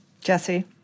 Jesse